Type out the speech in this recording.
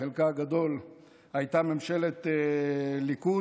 שבחלקה הגדול הייתה של ממשלת ליכוד,